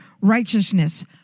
righteousness